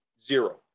zero